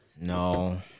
No